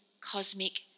cosmic